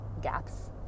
gaps